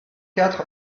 quatre